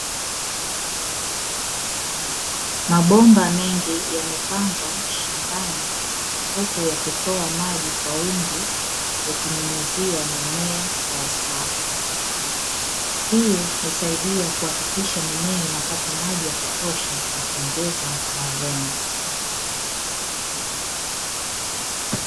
Mabomba mengi yamepangwa shambani huku yakimwaga maji mengi yakunyunyizia mimea sawa sawa. Hii husaidia kuhakikisha mimea inapata Maji ya kutosha na kuongeza mavuno.